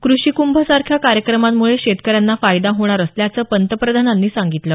कृषी कृंभ सारख्या कार्यक्रमांमुळे शेतकऱ्यांना फायदा होणार असल्याचं पंतप्रधानांनी सांगितलं